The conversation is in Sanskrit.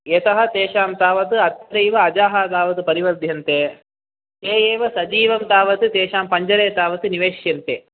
यतः तेषां तावत् अत्रैव अजः तावत् परिवर्ध्यन्ते ते एव सजीवं तावत् तेषां पञ्जरे तावत् निवेश्यन्ते